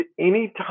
anytime